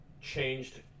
changed